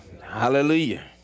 Hallelujah